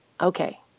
okay